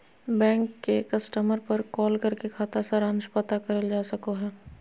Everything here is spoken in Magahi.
बैंक के कस्टमर पर कॉल करके खाता सारांश पता करल जा सको हय